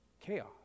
chaos